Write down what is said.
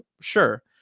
sure